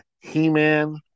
He-Man